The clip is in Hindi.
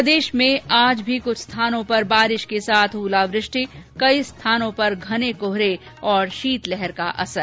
प्रदेश में आज भी कृछ स्थानों पर बारिश के साथ ओलावृष्टि कई स्थानों पर घने कोहरे और शीतलहर का असर